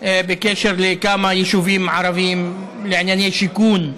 בקשר לכמה יישובים ערביים בענייני שיכון.